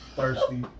Thirsty